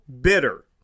bitter